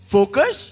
Focus